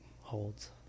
holds